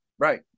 Right